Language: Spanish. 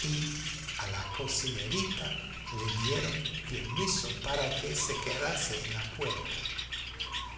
y a la cocinerita le dieron permiso para que se quedase en la puerta